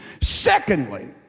Secondly